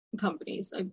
companies